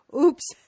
oops